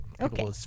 Okay